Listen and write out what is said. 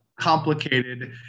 complicated